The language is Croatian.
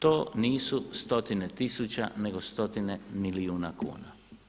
To nisu stotine tisuća, nego stotine milijuna kuna.